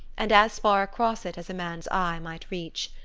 and as far across it as a man's eye might reach.